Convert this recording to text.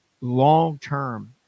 long-term